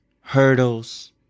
Hurdles